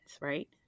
right